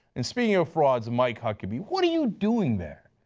and speaking of frauds, mike huckabee, what are you doing there?